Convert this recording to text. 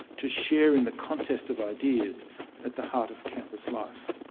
to share in the contest of ideas at the heart of campus life.